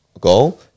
goal